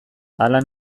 hala